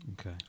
Okay